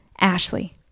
Ashley